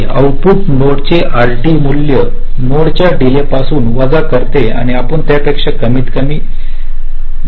output नोडचे RAT मूल्य node च्या डीले पासून वजा करते आणि आपण त्यापेक्षा कमीत कमी राईट घ्या